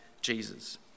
Jesus